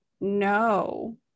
No